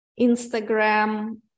Instagram